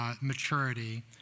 maturity